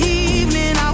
evening